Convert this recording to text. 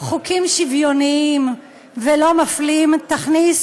חוקים שוויוניים ולא מפלים תכניס